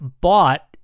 bought